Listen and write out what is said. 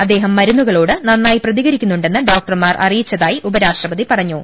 അദ്ദേഹം മരുന്നുകളോട് നന്നായി പ്രതികരിക്കുന്നുണ്ടെന്ന് ഡോക്ടർമാർ അറിയിച്ചതായി ഉപരാഷ്ട്ര പതി പറഞ്ഞു